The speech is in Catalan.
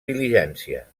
diligència